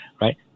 right